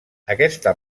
aquesta